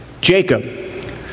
Jacob